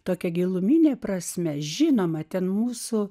tokia gilumine prasme žinoma ten mūsų